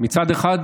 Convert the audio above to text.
מצד אחד,